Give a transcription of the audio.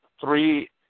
Three